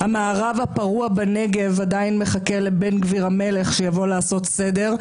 המערב הפרוע בנגב עדיין מחכה לבן גביר המלך שיבוא לעשות סדר.